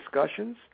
discussions